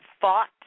fought